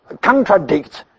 contradicts